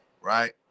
Right